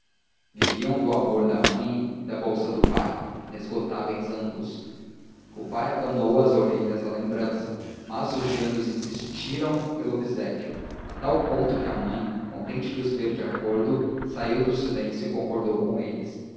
viviam do amor da mãe e da bolsa do pai inesgotáveis ambos o pai abanou as orelhas à lembrança mas os gêmeos insistiram pelo obséquio a tal ponto que a mãe contente de os ver de acordo saiu do silêncio e concordou com eles